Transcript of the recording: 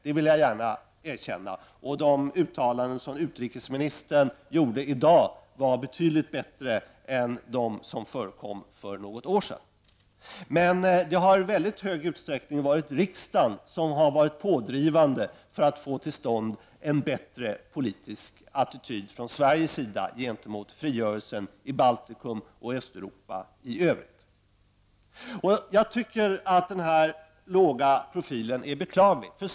Det vill jag gärna erkänna. Det uttalande som utrikesministern gjorde i dag var betydligt bättre än de som förekom för något år sedan. Men det har i mycket stor utsträckning varit riksdagen som har varit pådrivande för att till stånd en bättre politisk attityd från Sveriges sida gentemot frigörelsen i Baltikum och Östeuropa i övrigt. Jag tycker att den låga profilen är beklaglig.